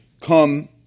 Come